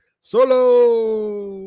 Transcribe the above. Solo